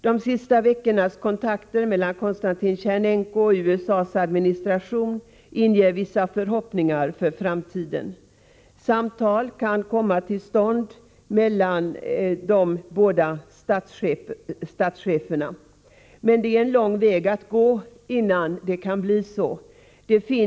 De senaste veckornas kontakter mellan Konstantin Tjernenko och USA:s administration inger vissa förhoppningar för framtiden. Samtal kan komma till stånd mellan de båda statscheferna. Men det är en lång väg att gå innan detta kan ske.